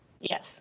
yes